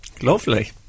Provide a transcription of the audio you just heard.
Lovely